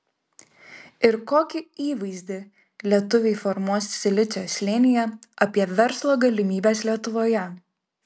ir kokį įvaizdį lietuviai formuos silicio slėnyje apie verslo galimybes lietuvoje